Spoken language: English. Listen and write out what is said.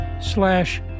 slash